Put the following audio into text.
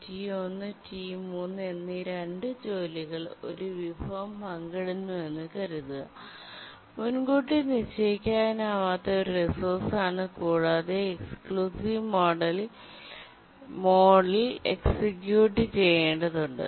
T1T3 എന്നീ രണ്ട് ജോലികൾ ഒരു വിഭവം പങ്കിടുന്നുവെന്ന് കരുതുക മുൻകൂട്ടി നിശ്ചയിക്കാനാവാത്ത ഒരു റിസോഴ്സാണ് കൂടാതെ എക്സ്ക്ലൂസീവ് മോഡിൽ എക്സിക്യൂട്ട് ചെയ്യേണ്ടതുണ്ട്